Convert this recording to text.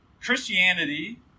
Christianity